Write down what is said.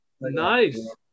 Nice